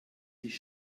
sich